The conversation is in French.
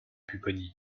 pupponi